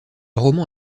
roman